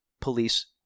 police